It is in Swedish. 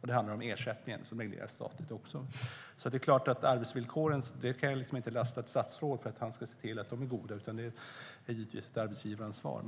och ersättningen regleras statligt. Att se till att arbetsvillkoren är goda kan jag inte lasta statsrådet för. Det är givetvis ett arbetsgivaransvar.